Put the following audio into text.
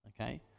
okay